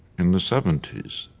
in the seventy s.